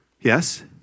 Yes